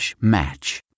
match